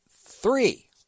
three